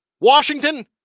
Washington